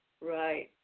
Right